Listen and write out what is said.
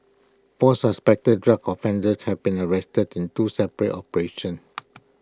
four suspected drug offenders have been arrested in two separate operations